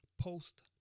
post